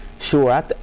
Sure